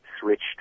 switched